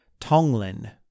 Tonglen